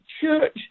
church